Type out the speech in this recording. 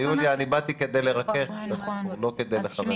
יוליה, אני באתי כדי לרכך, לא כדי לחמם.